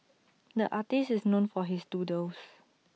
the artist is known for his doodles